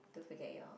don't forget your